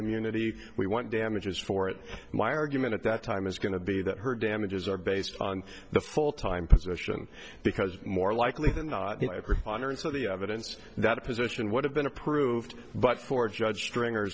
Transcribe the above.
immunity we want damages for it my argument at that time is going to be that her damages are based on the full time position because more likely than not and so the evidence that a position would have been approved but for a judge stringer